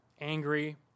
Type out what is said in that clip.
angry